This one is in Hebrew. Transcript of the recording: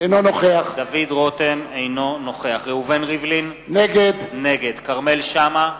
אינו נוכח ראובן ריבלין, נגד כרמל שאמה,